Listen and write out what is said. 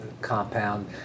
compound